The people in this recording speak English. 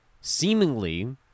seemingly